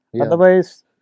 Otherwise